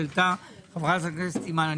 שהעלתה חברת הכנסת אימאן ח'טיב יאסין.